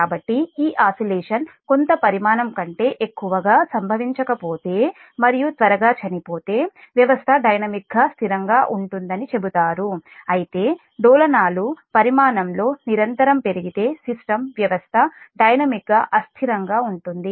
కాబట్టి ఈ ఆసిలేషన్ కొంత పరిమాణం కంటే ఎక్కువగా సంభవించకపోతే మరియు త్వరగా చనిపోతే వ్యవస్థ డైనమిక్గా స్థిరంగా ఉంటుందని చెబుతారు అయితే ప్రకంపనాలు పరిమాణం లో నిరంతరం పెరిగితే సిస్టం వ్యవస్థ డైనమిక్గా అస్థిరంగా ఉంటుంది